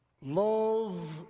love